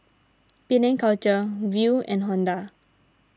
Penang Culture Viu and Honda